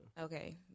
Okay